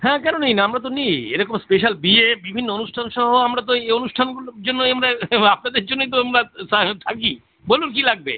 হ্যাঁ কেন নিই না আমরা তো নিই এরকম স্পেশাল বিয়ে বিভিন্ন অনুষ্ঠানসহ আমরা তো এই অনুষ্ঠানগুলোর জন্যই আমরা আপনাদের জন্যই তো আমরা থা থাকি বলুন কী লাগবে